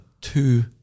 two-